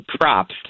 props